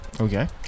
okay